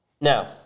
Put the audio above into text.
Now